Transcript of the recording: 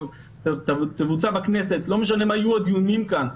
לא משנה מה יהיו הדיונים כאן,